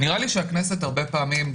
הכנסת הרבה פעמים,